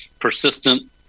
persistent